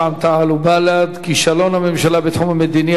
רע"ם-תע"ל ובל"ד: כישלון הממשלה בתחום המדיני,